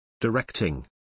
directing